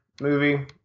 movie